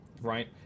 right